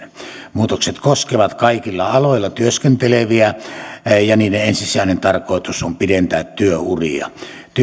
muutokset koskevat kaikilla aloilla työskenteleviä ja niiden ensisijainen tarkoitus on pidentää työuria